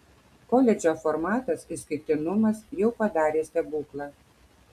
koledžo formatas išskirtinumas jau padarė stebuklą